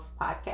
podcast